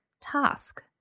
task